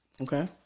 Okay